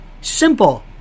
Simple